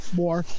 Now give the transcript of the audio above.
more